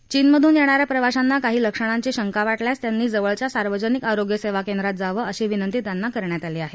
चीनमधून येणाऱ्या प्रवाशांना काही लक्षणांची शंका वाटल्यास त्यांनी जवळच्या सार्वजनिक आरोग्य सेवाकेंद्रात जावं अशी विनंती त्यांना करण्यात आली आहे